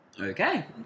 Okay